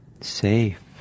safe